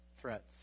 threats